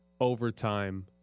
overtime